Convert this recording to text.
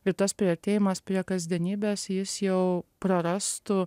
ir tas priartėjimas prie kasdienybės jis jau prarastų